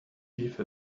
eve